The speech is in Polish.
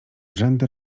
rzędy